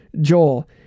Joel